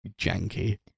janky